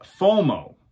FOMO